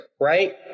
right